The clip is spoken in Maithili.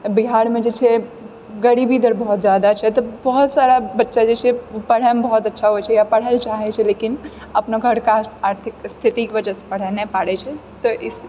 बिहारमे जे छै गरीबी दर बहुत जादा छै तऽ बहुत सारा बच्चा जे छै पढ़ैमे बहुत अच्छा होइ छै या पढ़ै लए चाहैत छै लेकिन अपना घरके आर्थिक स्थितिके वजहसँ पढ़ि नहि पाबैत छै